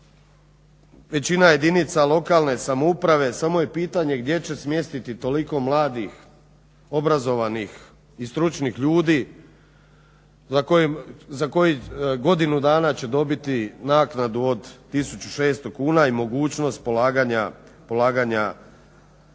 većina jedinica lokalne samouprave samo je pitanje gdje će smjestiti toliko mladih, obrazovanih i stručnih ljudi za koji godinu dana će dobiti naknadu od 1600 kn i mogućnost polaganja